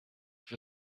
with